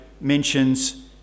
mentions